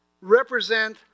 represent